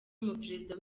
umuperezida